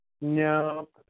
Nope